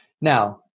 now